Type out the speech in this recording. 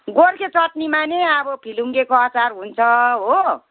गोर्खे चटनीमा नि अब फिलिङ्गेको अचार हुन्छ हो